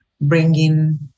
bringing